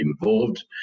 involved